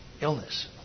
illness